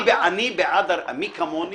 אני כמוני